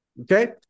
okay